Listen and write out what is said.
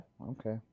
okay